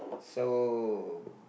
so